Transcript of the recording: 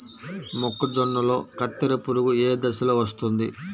మొక్కజొన్నలో కత్తెర పురుగు ఏ దశలో వస్తుంది?